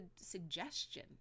suggestion